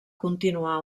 continuar